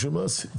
בשביל מה עשיתם?